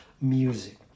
Music